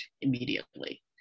immediately